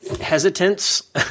hesitance